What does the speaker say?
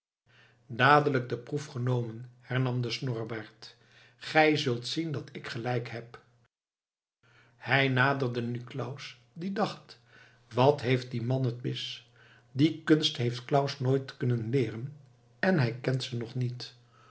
dadelijk de proef genomen hernam de snorrebaard gij zult zien dat ik gelijk heb hij naderde nu claus die dacht wat heeft die man het mis die kunst heeft claus nooit kunnen leeren en hij kent ze nog niet